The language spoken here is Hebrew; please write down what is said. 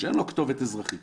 שאין לו כתובת אזרחית